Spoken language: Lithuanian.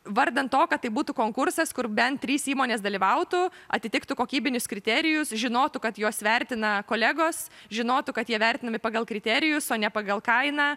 vardan to kad tai būtų konkursas kur bent trys įmonės dalyvautų atitiktų kokybinius kriterijus žinotų kad juos vertina kolegos žinotų kad jie vertinami pagal kriterijus o ne pagal kainą